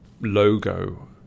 logo